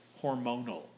hormonal